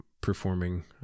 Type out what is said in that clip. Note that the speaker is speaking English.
performing